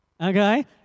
Okay